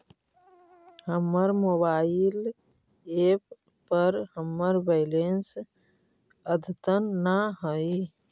हमर mobile app पर हमर बैलेंस अद्यतन ना हई